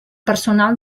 personal